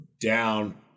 down